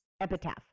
Epitaph